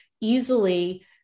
easily